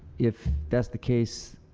if that's the case,